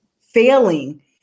failing